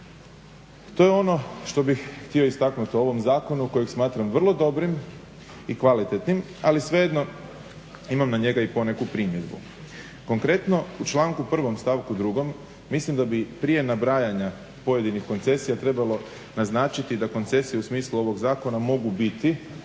To je ono što bih htio istaknuti u ovom zakonu kojeg smatram vrlo dobrim i kvalitetnim, ali svejedno imam na njega i poneku primjedbu. Konkretno, u članku 1. stavku 2. mislim da bi prije nabrajanja pojedinih koncesija trebalo naznačiti da koncesije u smislu ovog zakona mogu biti